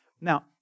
Now